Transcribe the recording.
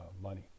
money